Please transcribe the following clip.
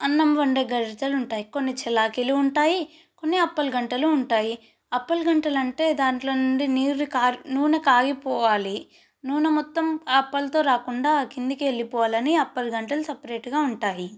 అన్నం వండే గెరిటలు ఉంటాయి కొన్ని సెలాకీలు ఉంటాయి కొన్ని అప్పల గెరిటెలు ఉంటాయి అప్పల గెరిటిలు అంటే దాంట్లో నుండి నీరు కారు పోవా నూనె కాగిపోవాలి నూనె మొత్తం ఆ అప్పలతో రాకుండా కిందకి వెళ్ళిపోవాలని అప్పలు గెరిటలు సపరేట్గా ఉంటాయి